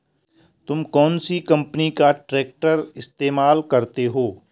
तुम कौनसी कंपनी का ट्रैक्टर इस्तेमाल करते हो?